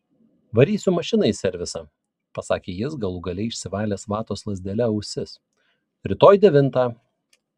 varysiu mašiną į servisą pasakė jis galų gale išsivalęs vatos lazdele ausis rytoj devintą